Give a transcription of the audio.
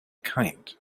kind